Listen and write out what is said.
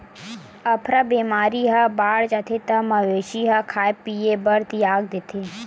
अफरा बेमारी ह बाड़ जाथे त मवेशी ह खाए पिए बर तियाग देथे